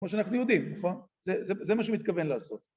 כמו שאנחנו יודעים, נכון? זה, זה מה שהוא מתכוון לעשות